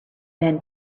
been